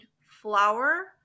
flour